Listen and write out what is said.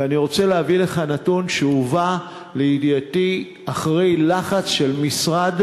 ואני רוצה להביא לכאן נתון שהובא לידיעתי אחרי לחץ של משרד